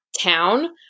town